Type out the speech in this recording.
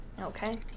okay